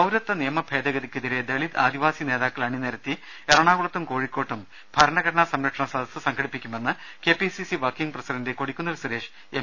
പൌരത്വ നിയമ ഭേദഗതിക്ക് എതിരെ ദളിത് ആദിവാസി നേതാക്കളെ അണിനിരത്തി എറണാകുളത്തും കോഴിക്കോട്ടും ഭരണഘടനാ സംരക്ഷണ സദസ്സ് സംഘടിപ്പിക്കുമെന്ന് K P C C working president Kodikunnil Suresh M